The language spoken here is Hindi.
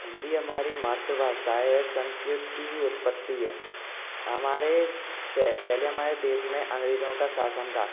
हिंदी हमारी मातृभाषा है ये संस्कृत की ही उत्पत्ति है हमारे पहले हमारे देश में अंग्रेजों का शासन था